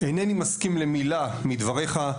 "אנני מסכים למילה מדבריך,